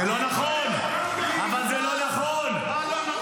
--- זה לא נכון, אבל זה לא נכון -- מה לא נכון?